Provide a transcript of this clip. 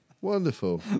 Wonderful